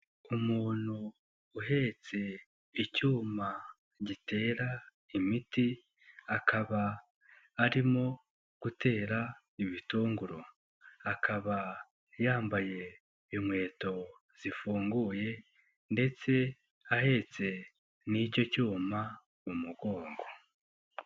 Umuntu uhetse icyuma gitera imiti akaba arimo gutera ibitunguru akaba yambaye inkweto zifunguye, ndetse ahetse n'icyo cyuma mu mugongo.